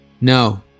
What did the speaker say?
No